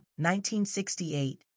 1968